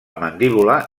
mandíbula